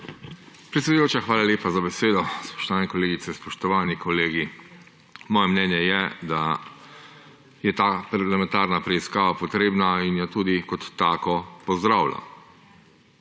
Predsedujoča, hvala lepa za besedo. Spoštovane kolegice, spoštovani kolegi! Moje mnenje je, da je ta parlamentarna preiskava potrebna in jo kot tako tudi pozdravljam.